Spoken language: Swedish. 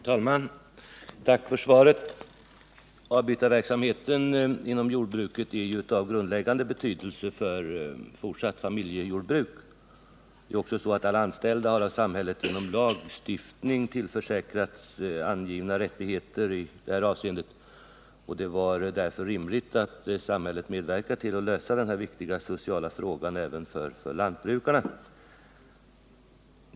Herr talman! Tack för svaret. Avbytarverksamheten inom jordbruket är ju av grundläggande betydelse för fortsatt familjejordbruk. Det är också så att alla anställda har av samhället genom lagstiftning tillförsäkrats angivna rättigheter i det här avseendet. Det är därför rimligt att samhället medverkar till att lösa den här viktiga sociala frågan även för lantbrukarna.